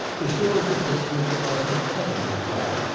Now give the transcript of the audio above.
the shores of this river are so utterly flat,